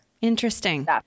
Interesting